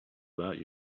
about